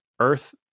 Earth